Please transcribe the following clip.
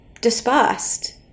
dispersed